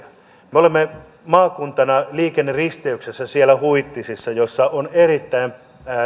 me olemme maakuntana liikenneristeyksessä siellä huittisissa missä on erittäin